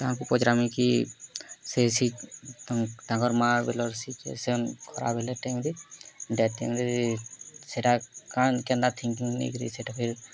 ତାହାକୁ ପଚ୍ରାମି କି ସେ ସିଏ ତାକର୍ ମା' ବେଲର୍ ସିଚୁଏସନ୍ ଖରାପ୍ ହେଲା ଟାଇମ୍ରେ ଡେଥ୍ ଟାଇମ୍ରେ ସେଟା କାଣା କେନ୍ତା ଥିଂକିଙ୍ଗ୍ ନେଇ କିରି ସେଟା ଫିର୍